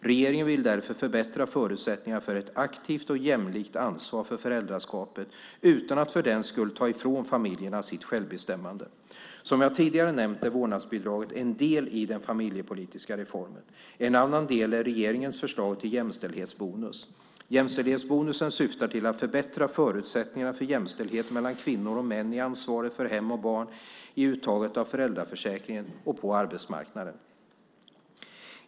Regeringen vill därför förbättra förutsättningarna för ett aktivt och jämlikt ansvar för föräldraskapet, utan att för den skull ta ifrån familjerna deras självbestämmande. Som jag tidigare nämnt är vårdnadsbidraget en del i den familjepolitiska reformen. En annan del är regeringens förslag till jämställdhetsbonus. Jämställdhetsbonusen syftar till att förbättra förutsättningarna för jämställdhet mellan kvinnor och män i ansvaret för hem och barn i uttaget av föräldraförsäkringen och på arbetsmarknaden.